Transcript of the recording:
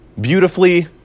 Beautifully